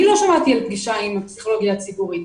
אני לא שמעתי על פגישה עם הפסיכולוגיה הציבורית.